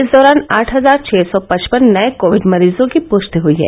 इस दौरान आठ हजार छः सौ पचपन नये कोविड मरीजों की पृष्टि हुई है